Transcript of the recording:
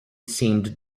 seemed